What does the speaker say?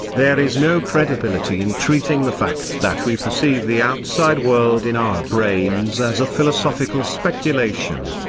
there is no credibility in treating the fact that we perceive the outside world in our brains as a philosophical speculation.